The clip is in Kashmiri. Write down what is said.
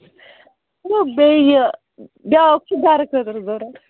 تہٕ بیٚیہِ یہِ بیٛاکھ چھُ گرٕٕ خٲطرٕ ضروٗرت